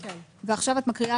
שפיר,